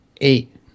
Eight